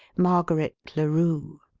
margaret larue.